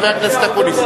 חבר הכנסת אקוניס.